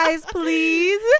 please